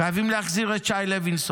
חייבים להחזיר את יאיר אורן,